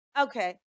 Okay